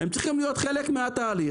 הם צריכים להיות חלק מן התהליך.